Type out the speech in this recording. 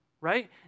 right